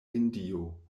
hindio